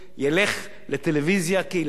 ילך לטלוויזיה קהילתית.